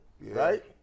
right